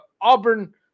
Auburn